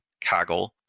Kaggle